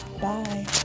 bye